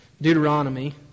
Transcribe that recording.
Deuteronomy